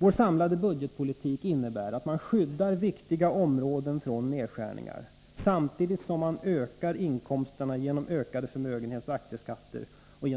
Vår samlade budgetpolitik innebär att man skyddar viktiga områden från nedskärningar, samtidigt som man ökar inkomsterna genom höjning av förmögenhetsoch aktiebeskattning